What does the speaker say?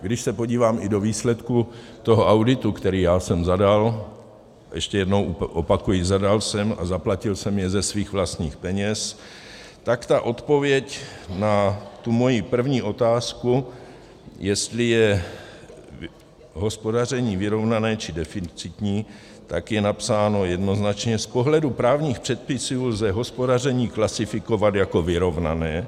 Když se podívám i do výsledku auditu, který já jsem zadal, ještě jednou opakuji, zadal jsem a zaplatil jsem ho ze svých vlastních peněz, tak ta odpověď na moji první otázku, jestli je hospodaření vyrovnané, či deficitní, tak je napsáno jednoznačně z pohledu právních předpisů lze hospodaření klasifikovat jako vyrovnané.